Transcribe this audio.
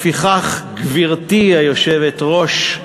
לפיכך, גברתי היושבת-ראש,